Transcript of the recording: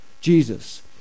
Jesus